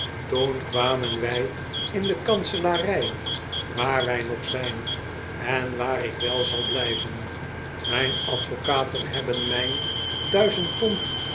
toen kwamen wij in de kanselarij waar wij nog zijn en waar ik wel zal blijven mijn advocaten hebben mijn